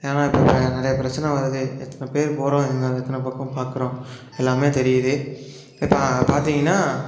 ஏன்னா இப்போ இப்போ நிறையா பிரச்சனை வருது எத்தனை பேர் போகறோம் எத்தனை பக்கம் பார்க்குறோம் எல்லாமே தெரியுது இப்போ பார்த்திங்கன்னா